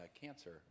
cancer